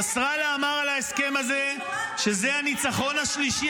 נסראללה אמר על ההסכם הזה שזה הניצחות השלישי